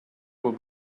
will